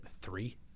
Three